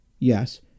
Yes